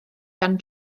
gan